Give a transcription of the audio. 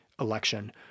election